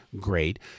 great